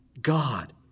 God